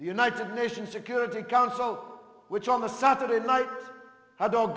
the united nations security council which on a saturday night i don't